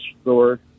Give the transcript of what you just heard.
Store